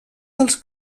dels